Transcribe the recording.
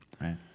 right